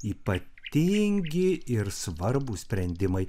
ypatingi ir svarbūs sprendimai